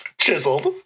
Chiseled